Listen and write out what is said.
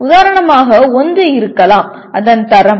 உதாரணமாக ஒன்று இருக்கலாம் அதன் தரம்